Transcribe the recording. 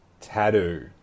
tattoo